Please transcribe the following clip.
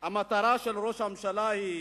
המטרה של ראש הממשלה היא